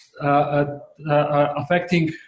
Affecting